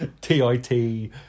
T-I-T